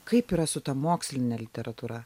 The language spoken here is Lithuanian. kaip yra su ta moksline literatūra